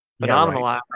phenomenal